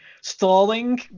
stalling